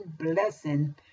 blessing